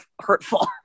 hurtful